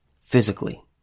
physically